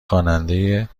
خواننده